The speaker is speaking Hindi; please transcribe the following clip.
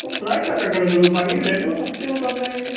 तो फ़्लाइट का क्या करोगे रुपानी के ले लो वो सस्ते में पड़ जाएँगे